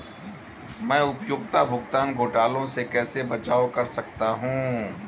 मैं उपयोगिता भुगतान घोटालों से कैसे बचाव कर सकता हूँ?